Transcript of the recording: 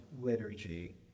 liturgy